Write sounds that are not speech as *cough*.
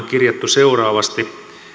*unintelligible* kirjattu seuraavasti